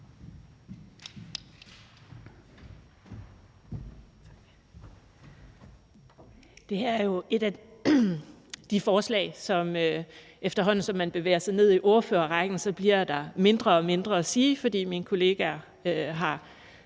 Det her er jo et af de forslag, som der, efterhånden som man bevæger sig ned i ordførerrækken, bliver mindre og mindre at sige noget om, fordi mine kollegaer har